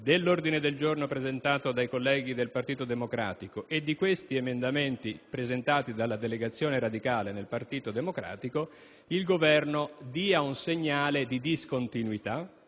l'ordine del giorno presentato dai colleghi del Partito Democratico e gli emendamenti presentati dalla delegazione radicale dello stesso il Governo dia un segnale di discontinuità.